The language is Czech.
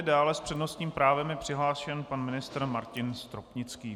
Dále je s přednostním právem přihlášen pan ministr Martin Stropnický.